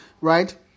right